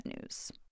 news